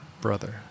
brother